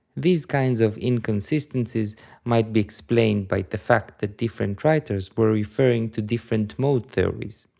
these kinds of inconsistencies might be explained by the fact that different writers were referring to different mode theories.